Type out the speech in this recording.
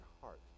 heart